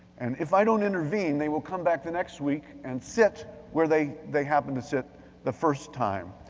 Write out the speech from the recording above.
and if i don't intervene, they will come back the next week and sit where they they happened to sit the first time.